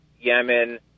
Yemen